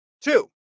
Two